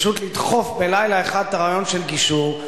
פשוט לדחוף בלילה אחד את הרעיון של גישור,